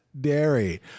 dairy